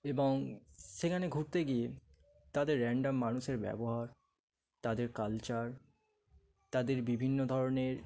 এবং সেখানে ঘুরতে গিয়ে তাদের র্যান্ডম মানুষের ব্যবহার তাদের কালচার তাদের বিভিন্ন ধরনের